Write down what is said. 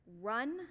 run